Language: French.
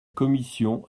commission